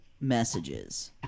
messages